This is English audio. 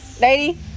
lady